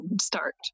start